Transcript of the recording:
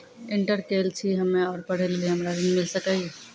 Inter केल छी हम्मे और पढ़े लेली हमरा ऋण मिल सकाई?